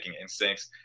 instincts